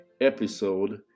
episode